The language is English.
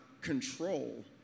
control